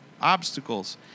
obstacles